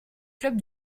club